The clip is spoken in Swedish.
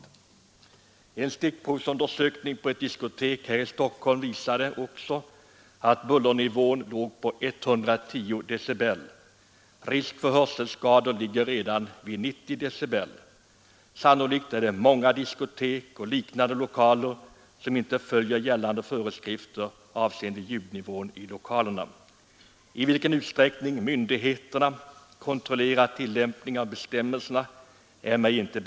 Stickprovsundersökning på ett diskotek här i Stockholm visade också att bullernivån låg på 110 decibel. Risk för hörselskador finns redan vid 90 decibel. Många diskotek och liknande lokaler följer sannolikt inte gällande föreskrifter avseende ljudnivån i lokalerna. Det är mig inte bekant i vilken utsträckning myndigheterna kontrollerar tillämpningen av bestämmelserna.